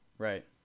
Right